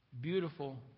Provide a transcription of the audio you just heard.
beautiful